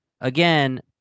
again